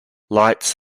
lights